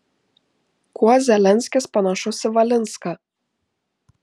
kuo zelenskis panašus į valinską